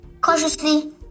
Cautiously